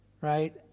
right